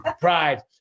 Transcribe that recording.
pride